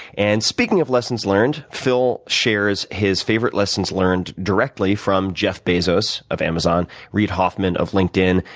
and speaking of lessons learned, phil shares his favorite lessons learned directly from jeff bezos of amazon, reid hoffman of linked in,